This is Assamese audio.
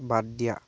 বাদ দিয়া